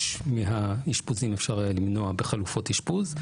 מהאשפוזים היה אפשר למנוע בחלופות אשפוז,